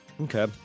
Okay